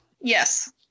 Yes